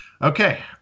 okay